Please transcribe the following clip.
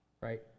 Right